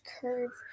curves